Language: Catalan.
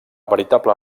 veritable